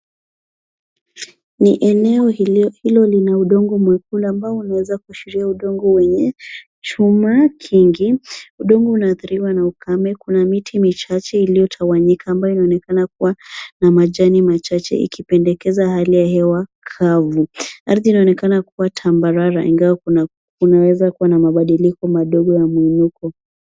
Ni eneo ilio na udongo mwekundu ambao unawezakuashiria udongo wenye chuma kingi. Udongo unaathiriwa na ukame, kuna miti michache iliyotawanyika ambayo inaonekana kuwa na majani machache ikipendekeza hali ya hewa kavu. Ardhi inaonekana kuwa tambarare ingawa kunawezakuwa na mabadiliko madogo ya muinuko.